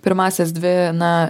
pirmąsias dvi na